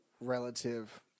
relative